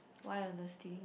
why honesty